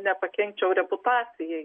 nepakenkčiau reputacijai